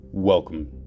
Welcome